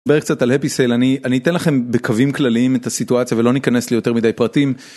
אני אתן לכם בקווים כלליים את הסיטואציה ולא ניכנס ליותר מדי פרטים.